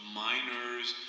miners